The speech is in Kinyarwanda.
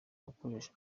gukoresha